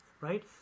right